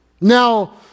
Now